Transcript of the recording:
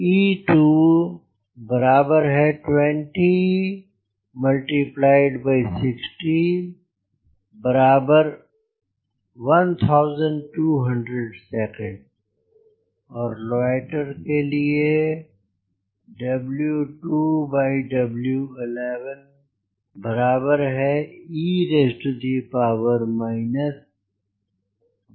E2 20 60 1200 second और लोइटेर के लिए e ECmax e 12000000222216 0983 कृपया इस मान को जांच लें